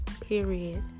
period